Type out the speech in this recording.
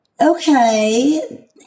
okay